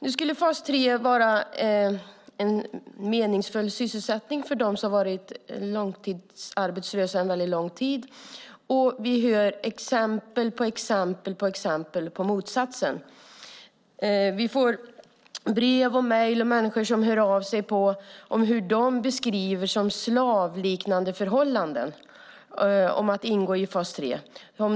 Fas 3 skulle vara en meningsfull sysselsättning för dem som har varit arbetslösa under lång tid. Men vi hör exempel på exempel på motsatsen. Vi får brev och mejl, och människor hör av sig om vad de beskriver som slavliknande förhållanden när de ingår i fas 3.